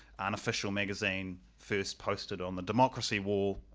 an official magazine first posted on the democracy wall,